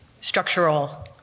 structural